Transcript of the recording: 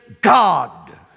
God